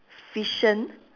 fiction